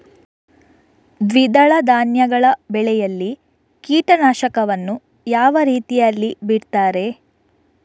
ದ್ವಿದಳ ಧಾನ್ಯಗಳ ಬೆಳೆಯಲ್ಲಿ ಕೀಟನಾಶಕವನ್ನು ಯಾವ ರೀತಿಯಲ್ಲಿ ಬಿಡ್ತಾರೆ?